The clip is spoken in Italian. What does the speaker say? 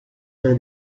per